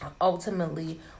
ultimately